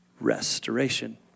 restoration